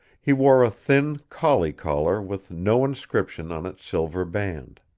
he wore a thin collie collar with no inscription on its silver band.